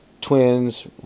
Twins